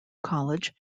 college